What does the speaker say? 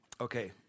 Okay